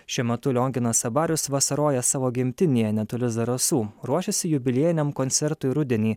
šiuo metu lionginas abarius vasaroja savo gimtinėje netoli zarasų ruošiasi jubiliejiniam koncertui rudenį